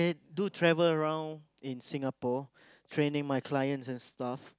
do travel around Singapore training my clients and stuff